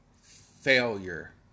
failure